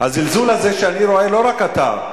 הזלזול הזה שאני רואה, לא רק אתה.